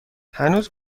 هنوز